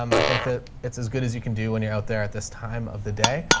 um i think that it's as good as you can do when you're out there at this time of the day.